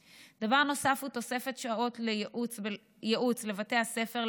2. דבר נוסף הוא תוספת שעות ייעוץ לבתי הספר,